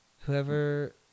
Whoever